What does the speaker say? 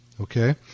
okay